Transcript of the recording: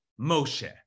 Moshe